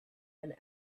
and